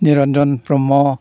Niranjan Brahma